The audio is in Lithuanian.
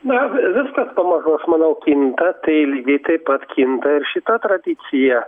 na viskas pamažu aš manau kinta tai lygiai taip pat kinta ir šita tradicija